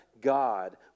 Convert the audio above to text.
God